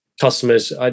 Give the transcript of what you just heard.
customers